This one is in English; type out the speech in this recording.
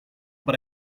but